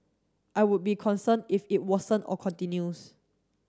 I would be concerned if it worsen or continues